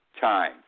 time